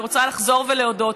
אני רוצה לחזור ולהודות,